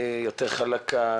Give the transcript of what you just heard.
יותר חלקה,